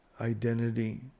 identity